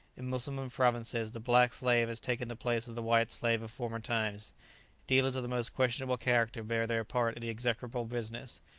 in mussulman provinces, the black slave has taken the place of the white slave of former times dealers of the most questionable character bear their part in the execrable business,